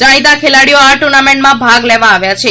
જાણીતા ખેલાડીઓ આ ટુર્નામેન્ટમાં ભાગ લેવા આવ્યા છે